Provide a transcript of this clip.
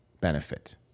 benefit